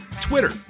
Twitter